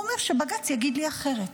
והוא אומר: שבג"ץ יגיד לי אחרת.